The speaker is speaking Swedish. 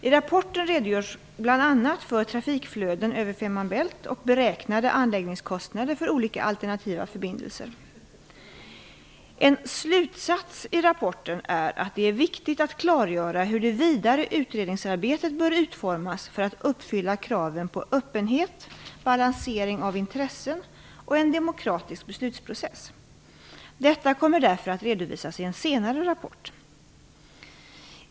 I rapporten redogörs bl.a. för trafikflöden över Fehmarn Bält och beräknade anläggningskostnader för olika alternativa förbindelser. En slutsats i rapporten är att det är viktigt att klargöra hur det vidare utredningsarbetet bör utformas för att uppfylla kraven på öppenhet, balansering av intressen och en demokratisk beslutsprocess. Detta kommer därför att redovisas i en senare rapport.